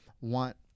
want